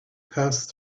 passed